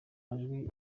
majwi